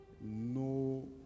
no